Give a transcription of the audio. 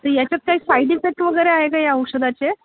तर याच्यात काही साईड इफेक्ट वगैरे आहे का या औषधाचे